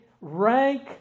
rank